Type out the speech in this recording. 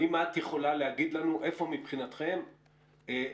האם את יכולה להגיד לנו איפה מבחינתכם עומדת